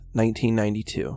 1992